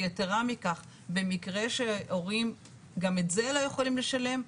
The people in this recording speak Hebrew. יתרה מכך, במקרה שהורים גם את זה לא יכולים לשלם,